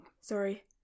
Sorry